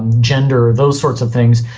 gender, those sorts of things.